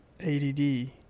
ADD